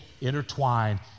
intertwined